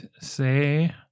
say